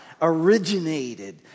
Originated